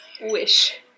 wish